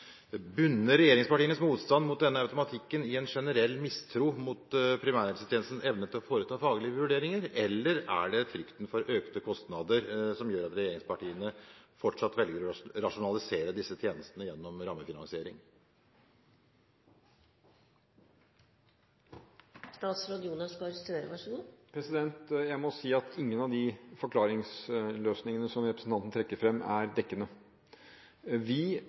Bunner regjeringspartienes motstand mot denne automatikken i en generell mistro mot primærhelsetjenestens evne til å foreta faglige vurderinger, eller er det frykten for økte kostnader som gjør at regjeringspartiene fortsatt velger å rasjonalisere disse tjenestene gjennom rammefinansiering? Jeg må si at ingen av de forklaringsløsningene som representanten trekker fram, er dekkende. Vi